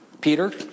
Peter